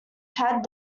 ted